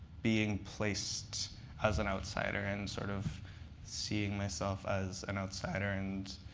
being placed as an outsider and sort of seeing myself as an outsider. and